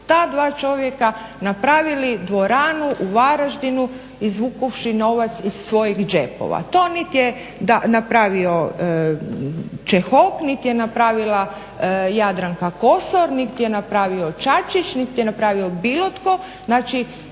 ta dva čovjeka napravili dvoranu u Varaždinu izvukavši novac iz svojih džepova. To niti je napravio Čehok niti je napravila Jadranka Kosor, niti je napravio Čačić niti je napravio bilo tko.